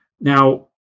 Now